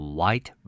White